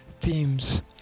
Themes